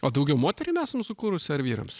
o daugiau moterim esam sukūrusi ar vyrams